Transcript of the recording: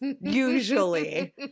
usually